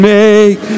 make